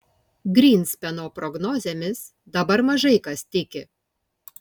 grynspeno prognozėmis dabar mažai kas tiki